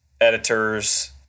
editors